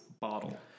bottle